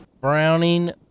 Browning